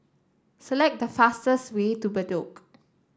select the fastest way to Bedok